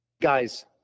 Guys